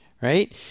right